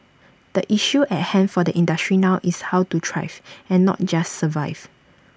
the issue at hand for the industry now is how to thrive and not just survive